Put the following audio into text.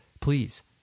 Please